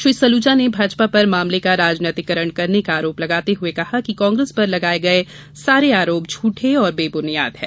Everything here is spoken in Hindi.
श्री सलूजा ने भाजपा पर मामले का राजनीतिकरण करने का आरोप लगाते हुए कहा कि कांग्रेस पर लगाए सारे आरोप झूठे व बेबुनियाद हैं